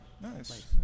Nice